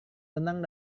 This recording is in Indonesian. tenang